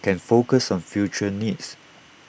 can focus on future needs